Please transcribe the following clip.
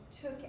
took